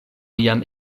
jam